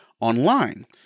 online